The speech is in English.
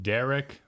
Derek